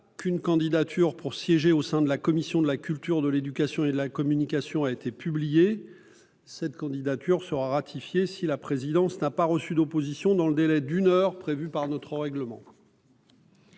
qu'une candidature pour siéger au sein de la commission de la culture, de l'éducation et de la communication a été publiée. Cette candidature sera ratifiée si la présidence n'a pas reçu d'opposition dans le délai d'une heure prévu par notre règlement.